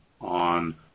on